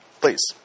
Please